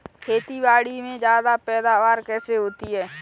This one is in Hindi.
खेतीबाड़ी में ज्यादा पैदावार कैसे होती है?